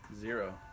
Zero